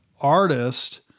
artist